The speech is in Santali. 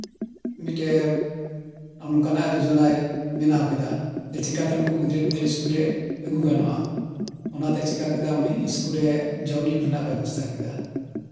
ᱢᱤᱫᱴᱮᱡ ᱚᱱᱠᱟᱱᱟᱜ ᱡᱳᱡᱚᱱᱟᱭ ᱵᱮᱱᱟᱣ ᱠᱮᱫᱟ ᱡᱮ ᱪᱤᱠᱟᱛᱮ ᱩᱱᱠᱩ ᱜᱤᱫᱽᱨᱟᱹ ᱯᱤᱫᱽᱨᱟᱹᱭ ᱤᱥᱠᱩᱞ ᱨᱮ ᱟᱹᱜᱩ ᱜᱟᱱᱚᱜᱼᱟ ᱚᱱᱟᱛᱮ ᱪᱤᱠᱟ ᱠᱮᱫᱟ ᱩᱱᱤ ᱤᱥᱠᱩᱞ ᱨᱮ ᱡᱚᱢ ᱧᱩ ᱨᱮᱱᱟᱜ ᱵᱮᱵᱚᱥᱛᱷᱟ ᱠᱮᱫᱟ